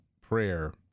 prayer